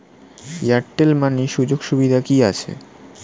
Airtel money সুযোগ সুবিধা কি আছে?